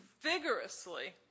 vigorously